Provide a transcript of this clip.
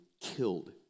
killed